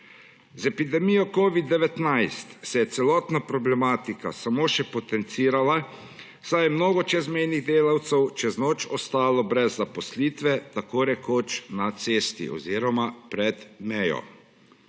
Z epidemijo covida-19 se je celotna problematika samo še potencirala, saj je mnogo čezmejnih delavcev čez noč ostalo brez zaposlitve, tako rekoč na cesti oziroma pred mejo.